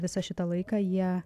visą šitą laiką jie